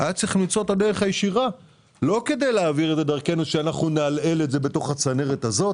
לא צריך להעביר את זה דרכנו כדי שנעלעל את זה בתוך הצנרת הזאת,